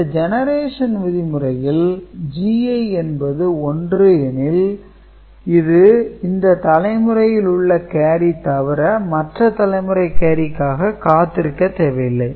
இந்த Generation விதிமுறையில் Gi என்பது 1 எனில் இது இந்த தலைமுறையில் உள்ள கேரி தவிர மற்ற தலைமுறை கேரிக்காக காத்திருக்க தேவையில்லை